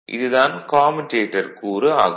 இது தான் கம்யூடேட்டர் கூறு ஆகும்